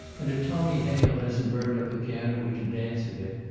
and if tommy hale hasn't burned up the piano we can dance a bit.